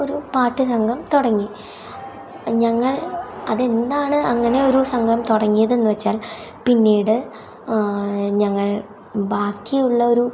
ഒരു പാട്ട് സംഘം തുടങ്ങി ഞങ്ങൾ അത് എന്താണ് അങ്ങനെ ഒരു സംഘം തുടങ്ങിയതെന്നു വെച്ചാൽ പിന്നീട് ഞങ്ങൾ ബാക്കിയുള്ള ഒരു